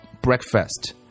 breakfast